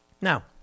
Now